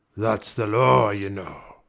thats the law, you know.